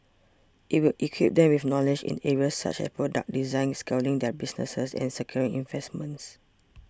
it will equip them with knowledge in areas such as product design scaling their businesses and securing investments